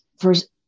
first